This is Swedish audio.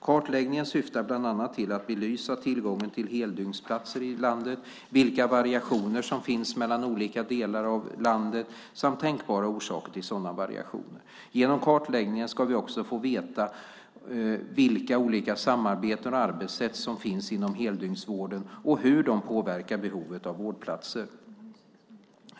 Kartläggningen syftar bland annat till att belysa tillgången till heldygnsplatser i landet, vilka variationer som finns mellan olika delar av landet samt tänkbara orsaker till sådana variationer. Genom kartläggningen ska vi också få veta vilka olika samarbeten och arbetssätt som finns inom heldygnsvården och hur de påverkar behovet av vårdplatser.